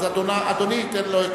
אז אדוני ייתן לו.